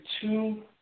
two